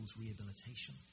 rehabilitation